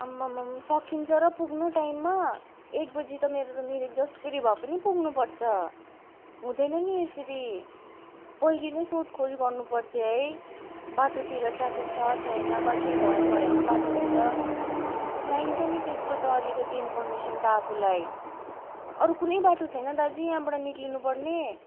आम्ममाममाम सकिन्छ र पुग्नु टाइममा एक बजी त मेरो त मिरिक जसरी भए पनि पुग्नुपर्छ हुँदैन नि यसरी पहिल्यै नै सोधखोज गर्नुपर्थ्यो है बाटोतिर ट्राफिक छ छैन बा केही भयो भएन बाटोतिर चाहिन्छ नि त्यस्तो त अलिकति इन्फरमेसन त आफूलाई अरू कुनै बाटो छैन दाजु यहाँबाट निस्किनुपर्ने